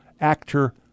actor